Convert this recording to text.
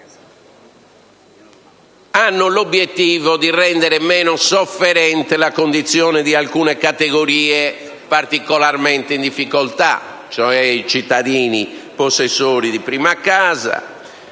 modo l'obiettivo di rendere meno sofferente la condizione di alcune categorie particolarmente in difficoltà, cioè i cittadini possessori di prima casa,